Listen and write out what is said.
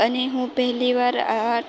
અને હું પહેલી વાર આ